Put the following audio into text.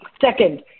Second